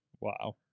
wow